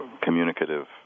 communicative